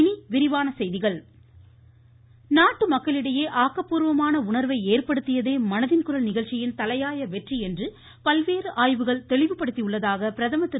இனிவிரிவான செய்திகள் மன் கி பாத் நாட்டு மக்களிடையே ஆக்கப்பூர்வமான உணர்வை ஏற்படுத்தியதே மனதின் குரல் நிகழ்ச்சியின் தலையாய வெற்றி என்று பல்வேறு ஆய்வுகள் தெளிவுபடுத்தியுள்ளதாக பிரதமர் திரு